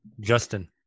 Justin